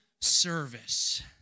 service